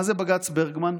מה זה בג"ץ ברגמן?